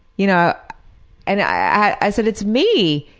you know and i said it's me,